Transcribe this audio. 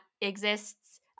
exists